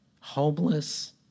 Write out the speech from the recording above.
homeless